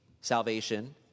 salvation